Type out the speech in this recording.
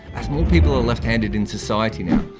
as more people are left-handed in society now.